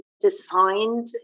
designed